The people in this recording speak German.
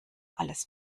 alles